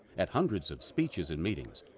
at hundreds of speeches and meetings,